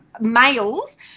males